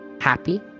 happy